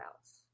else